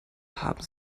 haben